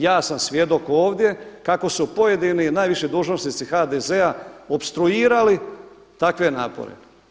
Ja sam svjedok ovdje kako su pojedini najviši dužnosnici HDZ-a opstruirali takve napore.